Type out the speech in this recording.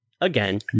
again